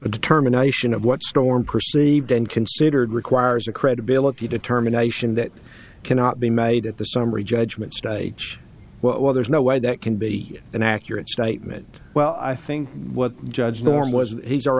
a determination of what storm perceived and considered requires a credibility determination that cannot be made at the summary judgment stage well there's no way that can be an accurate statement well i think what judge norm was